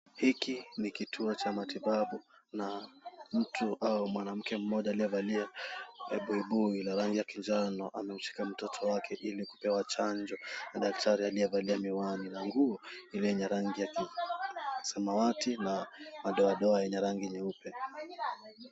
Hiki ni kituo cha matibabau na mtu ama mwanamke mmoja aliyevalia buibui la rangi ya manjano anashika mtoto wake ili kupewa chanjo na daktari aliyevalia miwani na nguo lenye rangi ya samawati na madoadoa yenye rangi nyeupe.